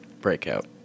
Breakout